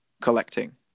collecting